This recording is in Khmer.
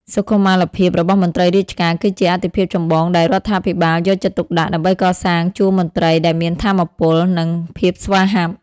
សុខុមាលភាពរបស់មន្ត្រីរាជការគឺជាអាទិភាពចម្បងដែលរដ្ឋាភិបាលយកចិត្តទុកដាក់ ដើម្បីកសាងជួរមន្ត្រីដែលមានថាមពល និងភាពស្វាហាប់។